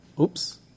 oops